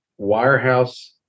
wirehouse